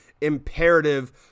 imperative